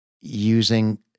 using